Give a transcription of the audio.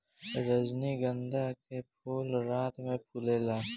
रजनीगंधा के फूल रात में फुलाला